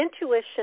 intuition